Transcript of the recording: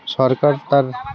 সরকার তার